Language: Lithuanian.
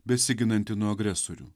besiginanti nuo agresorių